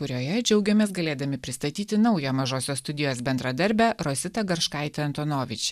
kurioje džiaugiamės galėdami pristatyti naują mažosios studijos bendradarbę rositą garškaitę antonovič